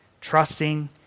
trusting